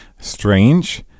strange